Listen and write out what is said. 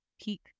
peak